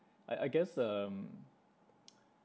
I I guess um